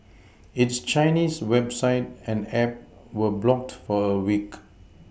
its Chinese website and app were blocked for a week